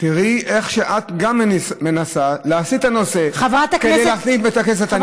תראי איך שגם את מנסה להסיט את הנושא כדי להכניס את בית הכנסת.